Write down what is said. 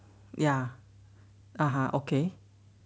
ya (uh huh) okay